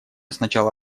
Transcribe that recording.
сначала